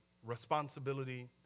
responsibility